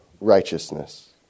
righteousness